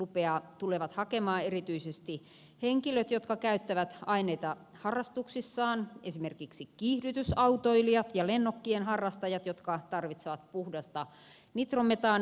lupia tulevat hakemaan erityisesti henkilöt jotka käyttävät aineita harrastuksissaan esimerkiksi kiihdytysautoilijat ja lennokkien harrastajat jotka tarvitsevat puhdasta nitrometaania